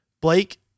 Blake